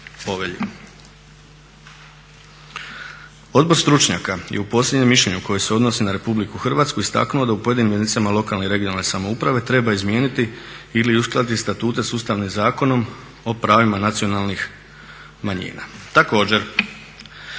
Odbor stručnjaka je u posljednjem mišljenju koje se odnosi na Republiku Hrvatsku istaknuo da u pojedinim jedinicama lokalne i regionalne samouprave treba izmijeniti ili uskladiti statute sa Ustavnim zakonom o pravima nacionalnih manjina. Također,